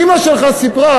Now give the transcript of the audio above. אימא שלך סיפרה,